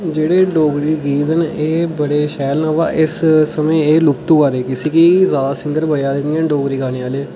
जैह्ड़े डोगरी गीत न ऐ बड़े शैल न अबा इस समें एह् लुप्त होआ दे इस लेई ज्यादा सिगंर बना दे नी ऐन डोगरी गाने आहले